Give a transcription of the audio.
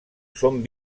són